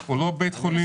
הוא לא בית חולים ממשלתי.